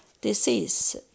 disease